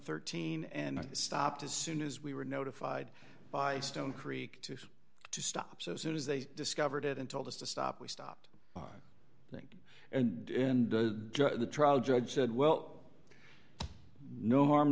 thirteen and i stopped as soon as we were notified by stone creek to stop so soon as they discovered it and told us to stop we stopped the thing and the trial judge said well no harm